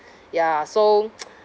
ya so